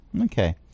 Okay